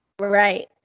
Right